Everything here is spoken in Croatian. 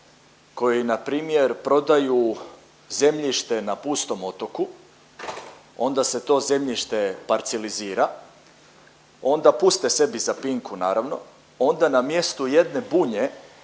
koji npr. prodaju zemljište na pustom otoku, onda se to zemljište parcelizira, onda puste sebi za pinku naravno, onda na mjestu jedne Bunje